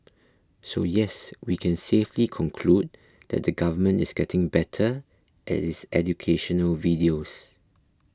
so yes we can safely conclude that the government is getting better at its educational videos